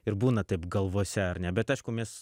ir būna taip galvose ar ne bet aišku mes